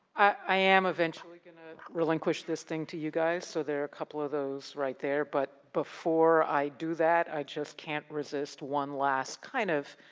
i am eventually gonna relinquish this thing to you guys, so there are a couple of those right there, but before i do that i just can't resist one last kind of